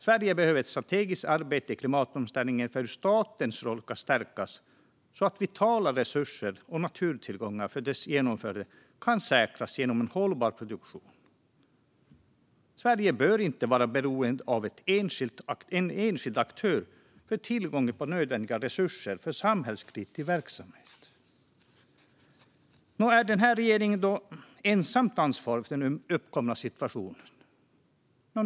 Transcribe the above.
Sverige behöver ett strategiskt arbete i klimatomställningen för hur statens roll kan stärkas så att vitala resurser och naturtillgångar för dess genomförande kan säkras genom en hållbar produktion. Sverige bör inte vara beroende av en enskild aktör för tillgången på nödvändiga resurser för samhällskritisk verksamhet. Nå, är denna regering då ensamt ansvarig för den uppkomna situationen?